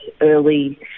early